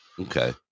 okay